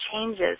changes